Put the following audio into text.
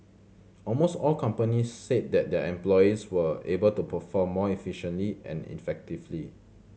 almost all companies said that their employees were able to perform more efficiently and effectively